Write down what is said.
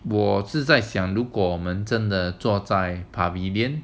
我在想如果我们真的做在 pavillion